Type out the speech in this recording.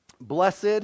Blessed